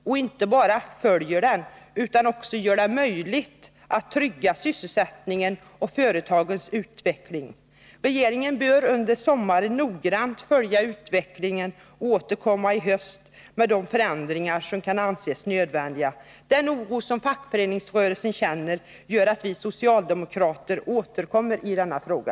Och inte bara följer den utan också gör det möjligt att trygga sysselsättningen och företagens utveckling. Regeringen bör under sommaren noggrant följa utvecklingen och återkomma i höst med förslag till de förändringar som kan anses nödvändiga. Den oro som fackföreningsrörelsen känner gör att vi socialdemokrater återkommer i denna fråga.